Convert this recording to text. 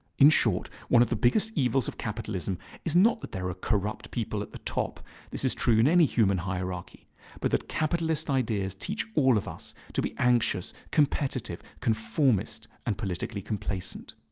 in short, one of the biggest evils of capitalism is not that there are corrupt people at the top this is true in any human hierarchy but that capitalist ideas teach all of us to be anxious, competitive, conformist, and politically complacent.